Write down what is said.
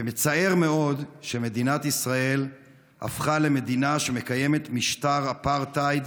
מצער מאוד שמדינת ישראל הפכה למדינה שמקיימת משטר אפרטהייד